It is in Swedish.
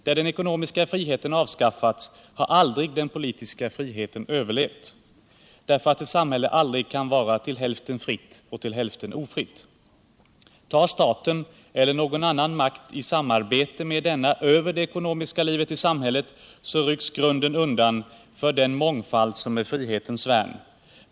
Där den ekonomiska friheten avskaffats har aldrig den politiska friheten överlevt, därför att ett samhälle aldrig kan vara till hälften fritt och till hälften ofritt. Tar staten, eller någon annan makt i samarbete med denna, över det ekonomiska livet i samhället så rycks grunden undan för den mångfald som är frihetens värn.